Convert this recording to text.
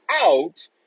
out